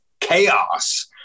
chaos